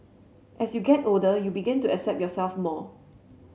as you get older you begin to accept yourself more